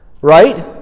right